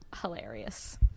hilarious